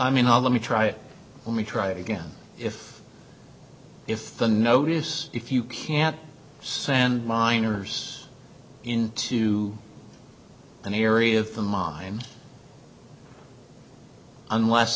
i mean all let me try it let me try it again if if the notice if you can't send minors into an area from ma and unless